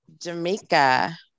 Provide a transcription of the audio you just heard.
Jamaica